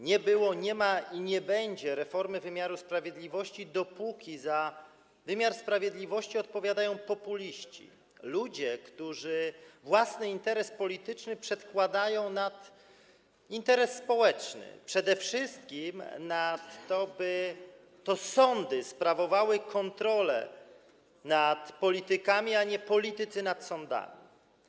Nie było, nie ma ani nie będzie reformy wymiaru sprawiedliwości, dopóki za wymiar sprawiedliwości odpowiadają populiści, ludzie, którzy własny interes polityczny przedkładają nad interes społeczny, przede wszystkim nad to, by to sądy sprawowały kontrolę nad politykami, a nie politycy nad sądami.